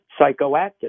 psychoactive